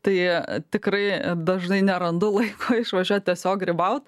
tai tikrai dažnai nerandu laiko išvažiuot tiesiog grybaut